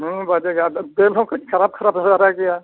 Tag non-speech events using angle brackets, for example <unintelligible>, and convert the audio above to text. <unintelligible> ᱫᱟᱹᱞ ᱦᱚᱸ ᱠᱟᱹᱡ ᱠᱷᱟᱨᱟᱯ ᱠᱷᱟᱨᱟᱯ ᱫᱷᱟᱨᱟ ᱜᱮᱭᱟ